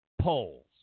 polls